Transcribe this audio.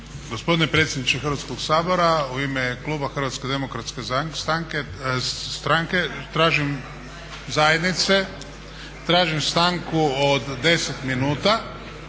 Gospodine predsjedniče Hrvatskog sabora, u ime kluba Hrvatske demokratske stranke tražim, zajednice, tražim stanku od 10 minuta